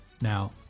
Now